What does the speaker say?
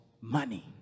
money